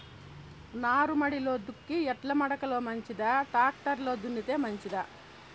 నారుమడిలో దుక్కి ఎడ్ల మడక లో మంచిదా, టాక్టర్ లో దున్నితే మంచిదా?